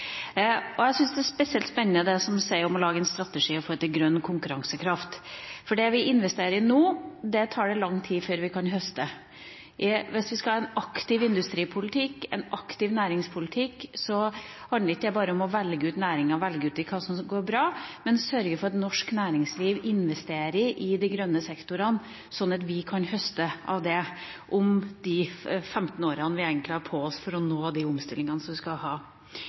Jeg syns det er spesielt spennende det hun sier om å lage en strategi for grønn konkurransekraft, for det vi investerer i nå, tar det lang tid før vi kan høste. Hvis vi skal ha en aktiv industripolitikk, en aktiv næringspolitikk, så handler ikke det bare om å velge ut næringer, å velge ut de som går bra, men om å sørge for at norsk næringsliv investerer i de grønne sektorene, slik at vi kan høste av det om de 15 årene som vi egentlig har på oss til å nå de omstillingene vi skal ha.